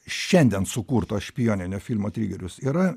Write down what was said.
šiandien sukurto špijoninio filmo trigerius yra